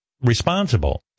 responsible